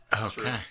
Okay